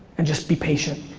and just be patient.